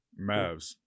Mavs